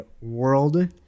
world